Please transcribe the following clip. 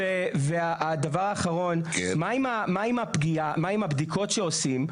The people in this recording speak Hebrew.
הדבר האחרון, מה עם הפגיעה, מה עם הבדיקות שעושים.